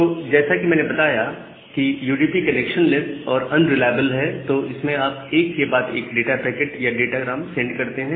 तो जैसा कि मैंने बताया कि यूडीपी कनेक्शन लैस और अनरिलायबल है तो इसमें आप एक के बाद एक डाटा पैकेट या डाटाग्राम सेंड करते हैं